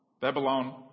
Babylon